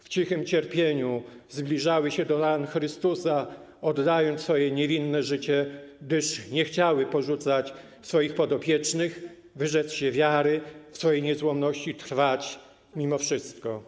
W cichym cierpieniu zbliżały się do ran Chrystusa, oddając swoje niewinne życie, gdyż nie chciały porzucać swoich podopiecznych, wyrzec się wiary, by w swojej niezłomności trwać mimo wszystko.